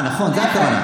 נכון, זו הכוונה.